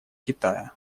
китая